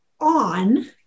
on